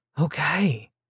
okay